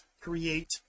create